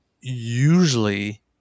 usually